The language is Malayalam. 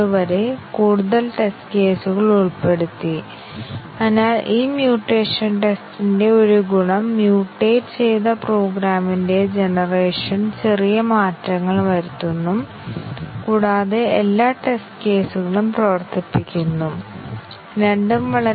സൈക്ലോമാറ്റിക് സങ്കീർണ്ണത 50 ആണെങ്കിൽ കോഡ് മനസ്സിലാക്കാൻ അയാൾ ഗണ്യമായ പരിശ്രമം നടത്തേണ്ടിവരും അത് 10 അല്ലെങ്കിൽ 5 അല്ലെങ്കിൽ 1 ആണെങ്കിൽ കോഡ് മനസ്സിലാക്കാൻ അയാൾ വളരെ കുറച്ച് സമയം ചെലവഴിക്കേണ്ടിവരും